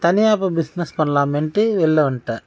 தனியாக இப்போ பிஸ்னஸ் பண்ணலாமேட்டு வெளில வன்டே